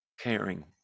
caring